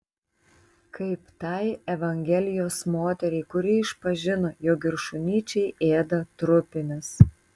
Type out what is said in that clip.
kaip tai evangelijos moteriai kuri išpažino jog ir šunyčiai ėda trupinius